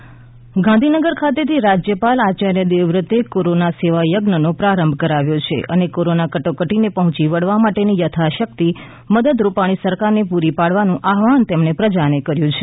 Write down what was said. રાજ્યપાલ કોરોના સેવા યજ્ઞ ગાંધીનગર ખાતેથી રાજયપાલ આચાર્ય દેવવ્રતે કોરોના સેવા યજ્ઞ નો પ્રારંભ કરાવ્યો છે અને કોરોના કટોકટીને પહોંચી વળવા માટેની યથાશક્તિ મદદ રૂપાણી સરકારને પૂરી પાડવાનું આહ્વાન તેમણે પ્રજાને કર્યું છે